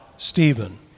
Stephen